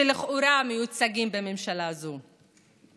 שלכאורה מיוצגים בממשלה זו.